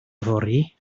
fory